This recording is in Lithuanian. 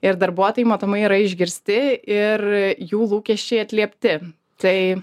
ir darbuotojai matomai yra išgirsti ir jų lūkesčiai atliepti tai